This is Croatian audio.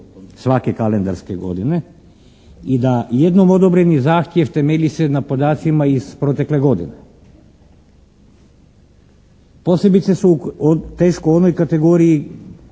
svake kalendarske godine i da jednom odobreni zahtjev temelji se na podacima iz protekle godine. Posebice su teško u onoj kategoriji